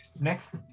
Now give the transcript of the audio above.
Next